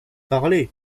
parlez